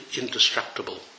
indestructible